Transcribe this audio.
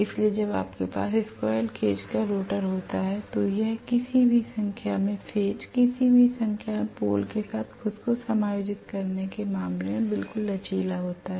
इसलिए जब आपके पास स्क्वीररेल केज का रोटर होता है तो यह किसी भी संख्या में फेज किसी भी संख्या में पोल के साथ खुद को समायोजित करने के मामले में बिल्कुल लचीला होता है